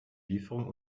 lieferung